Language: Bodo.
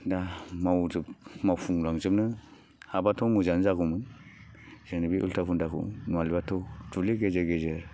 दा मावजोब मावफुं लांजोबनो हाबाथ' मोजाङानो जागौमोन जोंनि बे उलथा खुन्दाखौ माब्लाबाथ' दुब्लि गेजेर गेजेर